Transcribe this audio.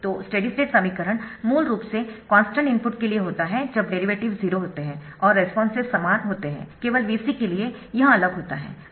तो steady state समीकरण मूल रूप से कॉन्स्टन्ट इनपुट के लिए होता है जब डेरिवेटिव 0 होते है और रेस्पोन्सेस समान होते है केवल Vc के लिए यह अलग होता है